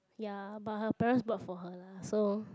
ya but her parents bought for her lah so